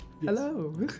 hello